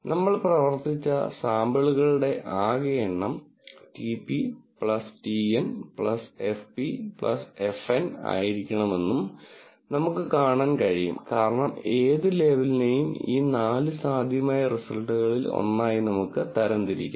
നമ്മൾ പ്രവർത്തിച്ച സാമ്പിളുകളുടെ ആകെ എണ്ണം TP TN FP FN ആയിരിക്കണമെന്നും നമുക്ക് കാണാൻ കഴിയും കാരണം ഏത് ലേബലിനെയും ഈ നാല് സാധ്യമായ റിസൾട്ടുകളിൽ ഒന്നായി നമുക്ക് തരംതിരിക്കാം